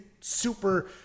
super